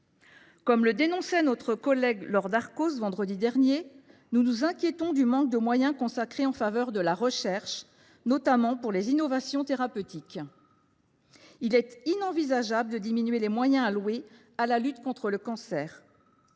Comme le soulignait notre collègue Laure Darcos vendredi dernier, nous nous inquiétons du manque de moyens consacrés à la recherche, notamment pour les innovations thérapeutiques. Il est inenvisageable de diminuer les moyens alloués à la lutte contre le cancer.